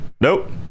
Nope